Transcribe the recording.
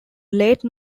late